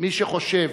מי שחושב